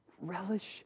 Relish